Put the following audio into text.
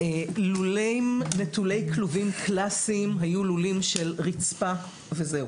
לולים נטולי כלובים קלאסיים היו לולים של רצפה וזהו.